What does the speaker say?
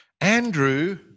Andrew